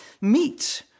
meet